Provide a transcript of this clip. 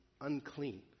unclean